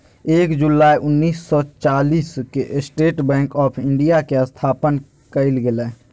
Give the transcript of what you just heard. एक जुलाई उन्नीस सौ चौआलिस के स्टेट बैंक आफ़ इंडिया के स्थापना कइल गेलय